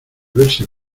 verse